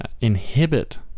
inhibit